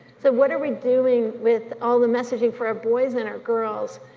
so what are we doing with all the messaging for our boys and our girls.